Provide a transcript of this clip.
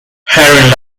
herring